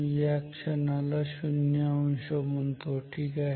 या क्षणाला 0 अंश म्हणतो ठीक आहे